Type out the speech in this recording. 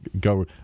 go